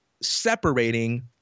separating